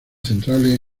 centrales